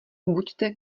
buďte